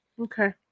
Okay